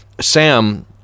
Sam